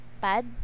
pad